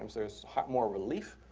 there's a lot more relief.